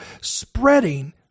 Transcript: spreading